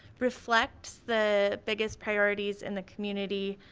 reflects the biggest priorities in the community